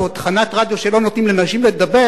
ועוד על תחנת רדיו שבה לא נותנים לנשים לדבר,